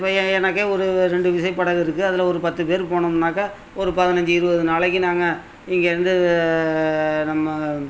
போயி எனக்கே ஒரு ரெண்டு விசைப்படகு இருக்குது அதில் ஒரு பத்து பேரு போனோம்னாக்கா ஒரு பதினஞ்சு இருபது நாளைக்கு நாங்கள் இங்கேயிருந்து நம்ம